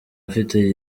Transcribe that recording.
afite